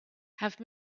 have